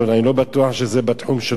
אני לא בטוח שזה בתחום שלו,